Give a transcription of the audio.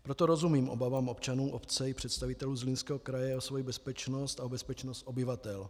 Proto rozumím obavám občanů obce i představitelů Zlínského kraje o svoji bezpečnost a o bezpečnost obyvatel.